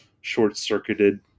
short-circuited